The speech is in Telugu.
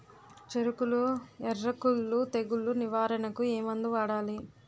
చెఱకులో ఎర్రకుళ్ళు తెగులు నివారణకు ఏ మందు వాడాలి?